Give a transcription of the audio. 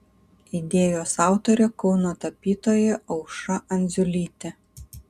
idėjos autorė kauno tapytoja aušra andziulytė